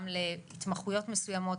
גם להתמחויות מסוימות,